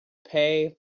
pay